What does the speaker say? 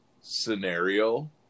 scenario